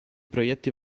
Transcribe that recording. proietti